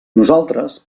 nosaltres